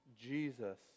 Jesus